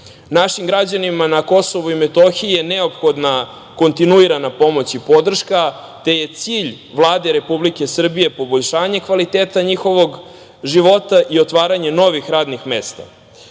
dozom. Našim građanima na KiM je neophodna kontinuirana pomoć i podrška, te je cilj Vlade Republike Srbije, poboljšanje kvaliteta njihovog života i otvaranje novih radnih mesta.S